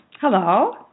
Hello